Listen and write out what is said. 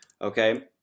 okay